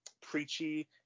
preachy